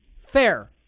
Fair